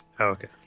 okay